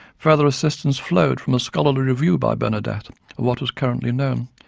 further assistance flowed from a scholarly review by bernadette of what was currently known,